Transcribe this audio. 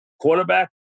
Quarterback